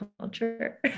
culture